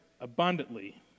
abundantly